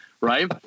right